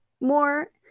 more